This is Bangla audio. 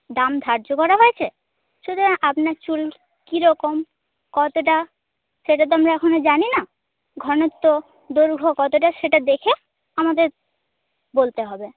দাম ধার্য করা হয়েছে সুতরাং আপনার চুল কিরকম কতটা সেটা তো আমরা এখন জানি না ঘনত্ব দৈর্ঘ্য কতটা সেটা দেখে আমাদের বলতে হবে